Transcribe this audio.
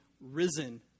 risen